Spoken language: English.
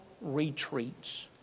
retreats